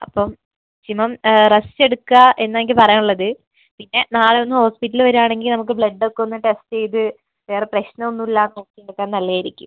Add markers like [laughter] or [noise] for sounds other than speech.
അപ്പം maximum rest എടുക്കുക എന്നാണ് എനിക്ക് പറയാനുള്ളത് പിന്നെ നാളെ ഒന്ന് ഹോസ്പിറ്റലിൽ വരികയാണെങ്കിൽ നമുക്ക് ബ്ലഡൊക്കെ ഒന്ന് ടെസ്റ്റ് ചെയ്ത് വേറെ പ്രശ്നം ഒന്നുമില്ലയെന്ന് [unintelligible] നല്ലയായിരിക്കും